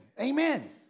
Amen